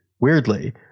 weirdly